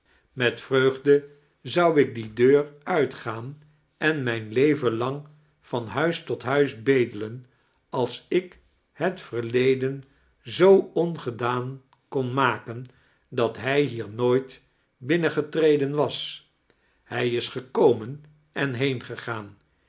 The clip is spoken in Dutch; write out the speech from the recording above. met vreugoje zou ik die deair uitgaan en mijn levea lang van huis tot huie bedelen als ik het veirleden zoo ongedaan kon maken dat hij hiar nooit binnengetireden was hij is gefcomen en